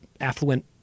affluent